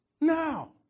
now